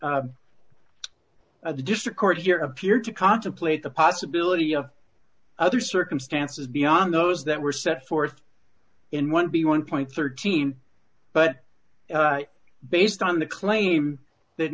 issue a district court here appeared to contemplate the possibility of other circumstances beyond those that were set forth in one b one point one three but based on the claim that